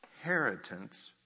inheritance